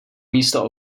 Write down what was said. místo